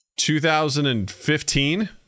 2015